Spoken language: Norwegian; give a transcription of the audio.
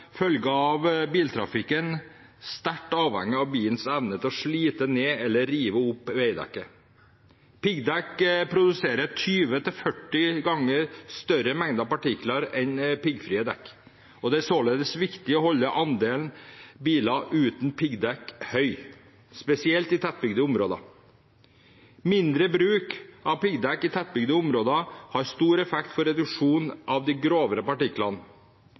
følge av biltrafikken er sterkt avhengig av bilens evne til å slite ned eller rive opp veidekket. Piggdekk produserer 20–40 ganger større mengder partikler enn piggfrie dekk, og det er således viktig å holde andelen biler uten piggdekk høy, spesielt i tettbygde områder. Mindre bruk av piggdekk i tettbygde områder har stor effekt for reduksjon av de grovere